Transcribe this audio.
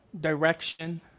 direction